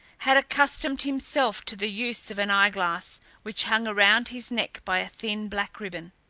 had accustomed himself to the use of an eyeglass which hung around his neck by a thin, black ribbon.